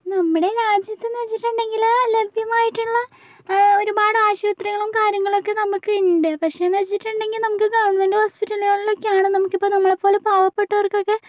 നമ്മുടെ രാജ്യത്തെന്ന് വച്ചിട്ടുണ്ടെങ്കിൽ ലഭ്യമായിട്ടുള്ള ഒരുപാട് ആശുപത്രികളും കാര്യങ്ങളുമൊക്കെ നമുക്കുണ്ട് പക്ഷെയെന്ന് വച്ചിട്ടുണ്ടെങ്കിൽ നമുക്ക് ഗവണ്മെന്റ് ഹോസ്പിറ്റലുകളിലൊക്കെയാണ് നമുക്കിപ്പോൾ നമ്മളെ പോലെയുള്ള പാവപ്പെട്ടവർക്കൊക്കെ